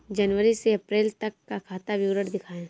जनवरी से अप्रैल तक का खाता विवरण दिखाए?